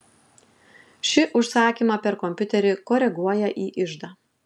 ši užsakymą per kompiuterį koreguoja į iždą